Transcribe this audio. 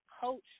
coach